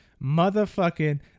Motherfucking